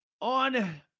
On